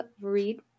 read